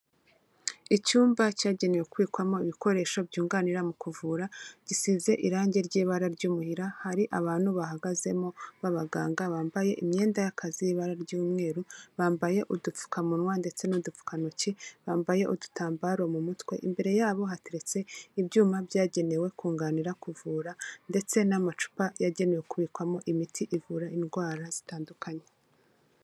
Icyumba cyagenewe kubikwamo ibikoresho byunganira mu kuvura, gisize irange ry'ibara ry'umurira hari abantu bahagazemo b'abaganga bambaye imyenda y'akazi ibara ry'umweru, bambaye udupfukamunwa ndetse n'udupfukantoki, bambaye udutambaro mu mutwe imbere yabo hateretse ibyuma byagenewe kunganira kuvura, ndetse n'amacupa yagenewe kubikwamo imiti ivura indwara zitandukanye.